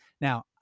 Now